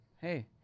Hey